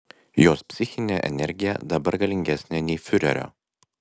jos psichinė energija dabar galingesnė nei fiurerio